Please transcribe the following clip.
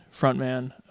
frontman